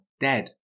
dead